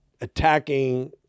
attacking